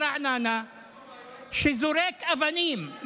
מנהל בית ספר מרעננה שזורק אבנים,